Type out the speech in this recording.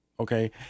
Okay